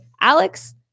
Alex